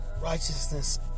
righteousness